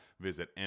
Visit